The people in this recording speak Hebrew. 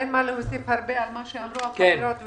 אין מה להוסיף הרבה על מה שאמרו החברות והחברים.